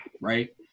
right